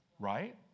right